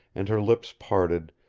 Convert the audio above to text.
and her lips parted,